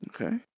Okay